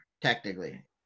technically